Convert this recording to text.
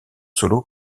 solo